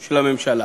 של הממשלה,